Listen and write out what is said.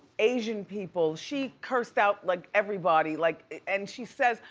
asian people, she cursed out like everybody. like, and she says,